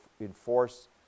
enforce